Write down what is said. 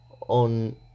on